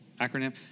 Acronym